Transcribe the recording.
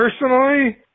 Personally